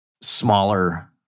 smaller